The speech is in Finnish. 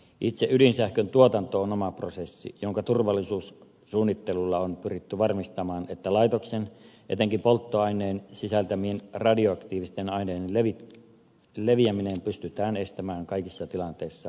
itse ydinsähkön tuotanto on oma prosessi jonka turvallisuussuunnittelulla on pyritty varmistamaan että etenkin laitoksen polttoaineen sisältämien radioaktiivisten aiheiden leviäminen pystytään estämään kaikissa tilanteissa luotettavasti